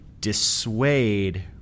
dissuade